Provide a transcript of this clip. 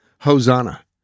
Hosanna